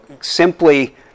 simply